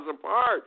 apart